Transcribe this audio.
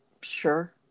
Sure